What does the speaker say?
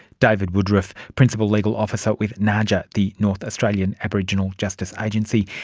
david woodroffe, principal legal officer with naaja, the north australian aboriginal justice agency.